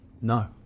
No